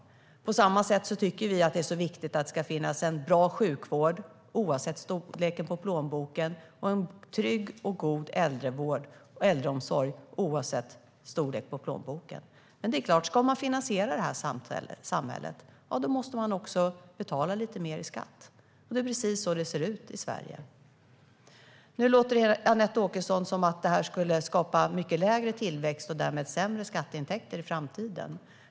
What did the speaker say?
På samma sätt tycker vi att det är viktigt att det ska finnas en bra sjukvård oavsett storlek på plånboken och en trygg och god äldreomsorg oavsett storlek på plånboken. Om samhället ska finansieras måste man också betala lite mer i skatt. Det är precis så det ser ut i Sverige. Nu låter det på Anette Åkesson som att detta skulle skapa mycket lägre tillväxt och därmed ge sämre skatteintäkter i framtiden.